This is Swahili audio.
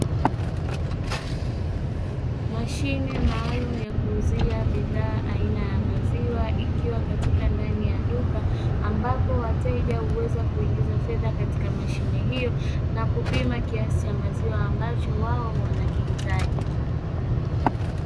Mashine maalumu ya kuzuia bidhaa aina ya maziwa ikiwa katika ndani ya duka ambapo wateja huweza kuingiza fedha katika mashine hiyo na kupima kiasi ya maziwa ambacho wao wanakihitaji.